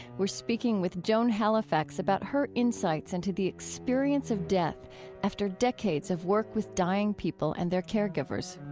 we're speaking with joan halifax about her insights into the experience of death after decades of work with dying people and their caregivers